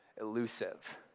elusive